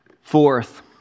Fourth